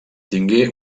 tingué